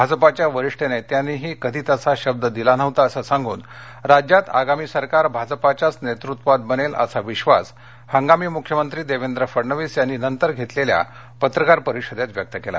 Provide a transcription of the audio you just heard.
भाजपाच्या वरीष्ठ नेत्यांनीही कधी तसा शब्द दिला नव्हता असं सांगून राज्यात आगामी सरकार भाजपाच्याच नेतृत्वात बनेल असा विश्वास हंगामी मुख्यमंत्री देवेंद्र फडणवीस यांनी नंतर घेतलेल्या पत्रकार परिषदेत व्यक्त केला